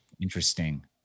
Interesting